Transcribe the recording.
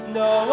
no